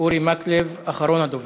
אורי מקלב, אחרון הדוברים.